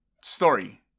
Story